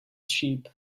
sheep